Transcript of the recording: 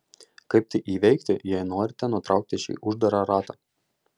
kaip tai įveikti jei norite nutraukti šį uždarą ratą